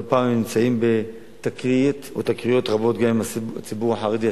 לא פעם הם נמצאים בתקרית או בתקריות רבות גם עם הציבור החרדי,